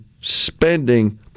spending